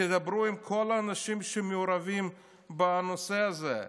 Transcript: תדברו עם כל האנשים שמעורבים בנושא הזה.